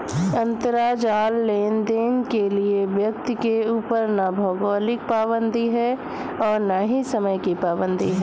अंतराजाल लेनदेन के लिए व्यक्ति के ऊपर ना भौगोलिक पाबंदी है और ना ही समय की पाबंदी है